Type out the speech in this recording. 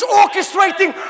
orchestrating